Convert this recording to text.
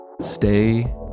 stay